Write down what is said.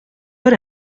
hora